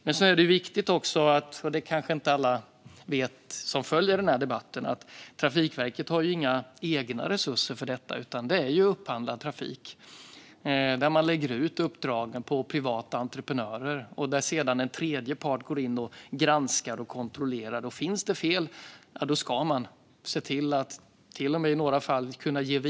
Det är också viktigt, vilket kanske inte alla vet som följer den här debatten, att Trafikverket inte har några egna resurser för detta, utan det är upphandlad trafik. Man lägger ut uppdragen på privata entreprenörer, och en tredje part går sedan in och granskar och kontrollerar. Om det då finns fel ska man till och med i några fall kunna ge vite.